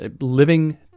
living